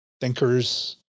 thinkers